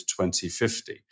2050